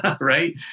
right